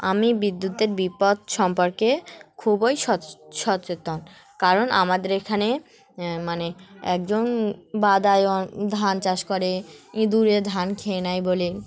আমি বিদ্যুতের বিপদ সম্পর্কে খুবই স সচেতন কারণ আমাদের এখানে মানে একজন বাদায় অন ধান চাষ করে ইঁদূরে ধান খেয়ে নেয় বলে